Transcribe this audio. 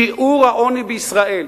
שיעור העוני בישראל,